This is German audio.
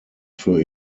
für